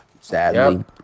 Sadly